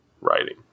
writing